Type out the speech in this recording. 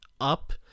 up